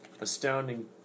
Astounding